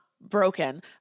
broken